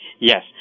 Yes